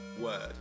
Word